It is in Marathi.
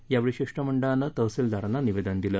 यावेळी शिष्टमंडळानं तहसिलदारांना निवेदन दिलं